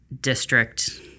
district